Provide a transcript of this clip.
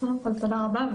קודם כול, תודה רבה.